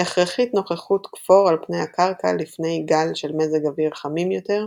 הכרחית נוכחות כפור על פני הקרקע לפני גל של מזג אוויר חמים יותר,